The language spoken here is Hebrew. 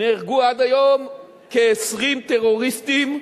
נהרגו עד היום כ-20 טרוריסטים,